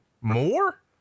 more